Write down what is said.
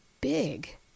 big